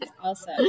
Awesome